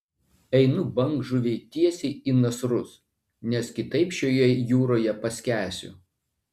einu bangžuvei tiesiai į nasrus nes kitaip šioje jūroje paskęsiu